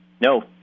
No